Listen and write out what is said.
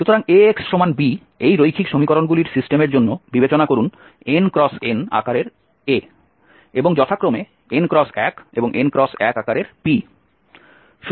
সুতরাং ax b এই রৈখিক সমীকরণগুলির সিস্টেমের জন্য বিবেচনা করুন n × n আকারের A এবং যথাক্রমে n × 1 এবং n × 1 আকারের P